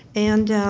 and